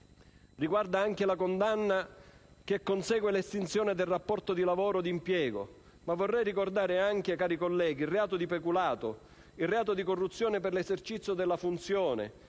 alla condanna che consegue l'estinzione del rapporto di lavoro e di impiego. Vorrei ricordare anche, cari colleghi, il reato di peculato, il reato di corruzione per l'esercizio della funzione